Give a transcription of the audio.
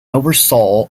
oversaw